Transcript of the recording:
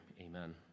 Amen